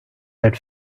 that